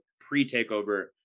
pre-takeover